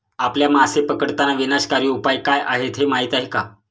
आपल्या मासे पकडताना विनाशकारी उपाय काय आहेत हे माहीत आहे का?